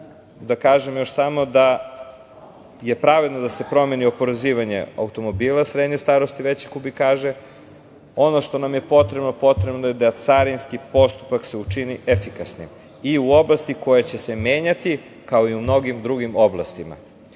da kažem još samo da je pravedno da se promeni oporezivanje automobila srednje starosti veće kubikaže. Ono što nam je potrebno, potrebno je da carinski postupak se učini efikasnim i u oblasti koja će se menjati, kao i u mnogim drugim oblastima. Budžetska